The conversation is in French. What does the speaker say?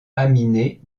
aminés